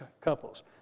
couples